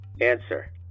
Answer